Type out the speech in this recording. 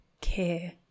care